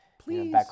Please